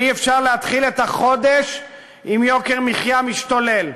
ואי-אפשר להתחיל את החודש עם יוקר מחיה המשתולל.